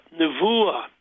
nevuah